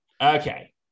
Okay